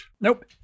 Nope